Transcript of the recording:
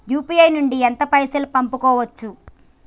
UPI నుండి ఎంత పైసల్ పంపుకోవచ్చు?